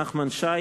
(פיקוח אלקטרוני על משוחררים בערובה ומשוחררים על-תנאי ממאסר),